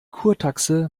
kurtaxe